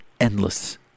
endless